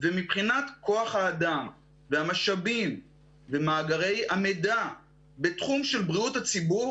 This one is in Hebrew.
ומבחינת כוח האדם והמשאבים ומאגרי המידע בתחום של בריאות הציבור,